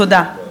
תודה.